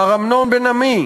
מר אמנון בן-עמי,